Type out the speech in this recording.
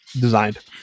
designed